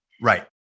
right